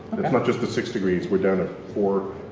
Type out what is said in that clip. as much as the six degrees, we are down to four,